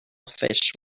fish